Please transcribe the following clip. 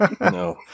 No